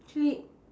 actually